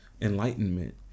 enlightenment